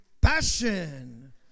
passion